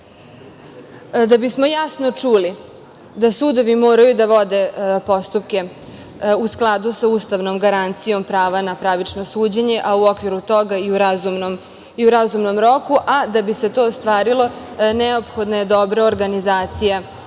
bismo jasno čuli da sudovi moraju da vode postupke u skladu sa ustavnom garancijom prava na pravično suđenje, a u okviru toga i u razumnom roku, a da bi se to ostvarilo, neophodna je dobra organizacija